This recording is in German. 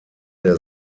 der